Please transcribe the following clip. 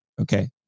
Okay